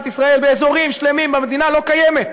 ישראל באזורים שלמים במדינה לא קיימת.